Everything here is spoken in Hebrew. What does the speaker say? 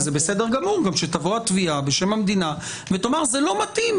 וזה גם בסדר גמור שתבוא התביעה בשם המדינה ותאמר: זה לא מתאים,